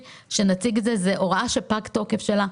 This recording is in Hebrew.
זאת הוראה שפג כבר התוקף שלה.